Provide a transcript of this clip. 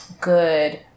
good